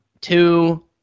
Two